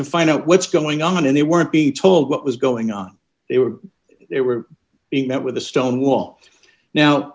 to find out what's going on and they weren't be told what was going on they were they were being met with a stone wall now